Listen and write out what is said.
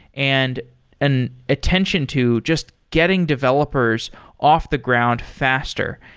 and an attention to just getting developers off the ground faster,